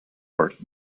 art